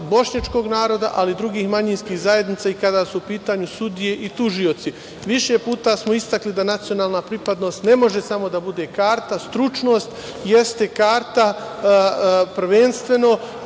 bošnjačkog naroda, ali i drugih manjinskih zajednica i kada su u pitanju sudije i tužioci. Više puta smo istakli da nacionalna pripadnost ne može da bude karta. Stručnost jeste karta prvenstveno,